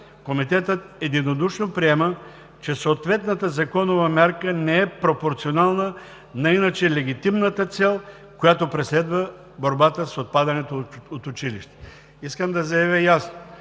Комитетът единодушно приема, че съответната законова мярка не е пропорционална на иначе легитимната цел, която преследва борбата с отпадането от училище. Искам да заявя ясно: